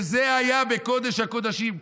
וזה היה בקודש הקודשים.